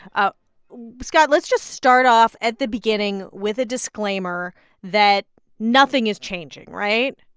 ah scott, let's just start off at the beginning with a disclaimer that nothing is changing right?